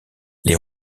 les